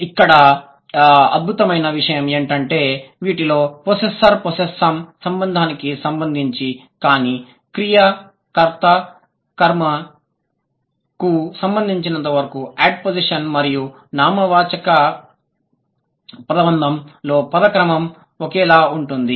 ఇక్కడ అద్భుతమైన విషయం ఏమిటంటే వీటిలో పొస్సెస్సర్ పొస్సెస్సామ్ సంబంధానికి సంబంధించి కానీ కర్త క్రియ కర్మ కు సంబంధించినంత వరకు యాడ్పోస్జిషన్ మరియు నామవాచక పదబంధం లో పద క్రమం ఒకేలా ఉంటుంది